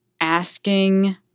Asking